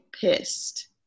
pissed